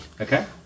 Okay